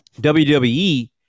wwe